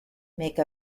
make